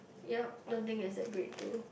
yup don't think is that great too